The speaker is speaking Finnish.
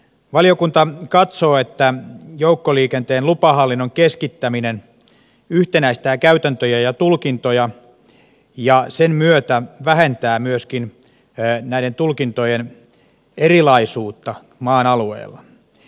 valiokunta katsoo että joukkoliikenteen lupahallinnon keskittäminen yhtenäistää käytäntöjä ja tulkintoja ja sen myötä vähentää myöskin näiden tulkintojen erilaisuutta maan alueilla